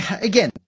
again